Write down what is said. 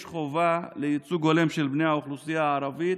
יש חובה לייצוג הולם של בני האוכלוסייה הערבית